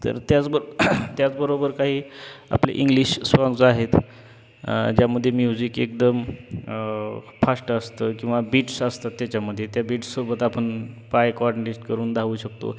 तर त्याचब त्याचबरोबर काही आपले इंग्लिश साँग्ज आहेत ज्यामध्ये म्युजिक एकदम फाश्ट असतं किंवा बीट्स असतात त्याच्यामध्ये त्या बीट्सोबत आपण पाय कॉर्डिनेस्ट करून धावू शकतो